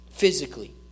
Physically